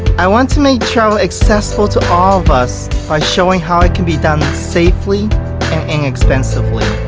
i want to make travel accessible to all of us by showing how it can be done safely and inexpensively